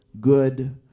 good